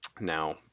Now